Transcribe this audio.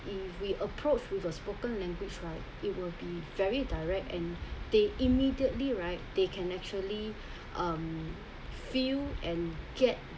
if we approach with a spoken language right it will be very direct and they immediately right they can actually um feel and get